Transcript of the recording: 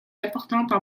importantes